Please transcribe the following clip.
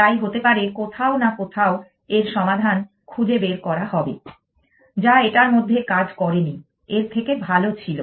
তাই হতে পারে কোথাও না কোথাও এর সমাধান খুঁজে বের করা হবে যা এটার মধ্যে কাজ করেনি এর থেকে ভাল ছিল